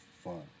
fun